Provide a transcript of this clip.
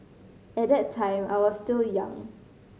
at that time I was still young